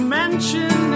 mention